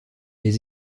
les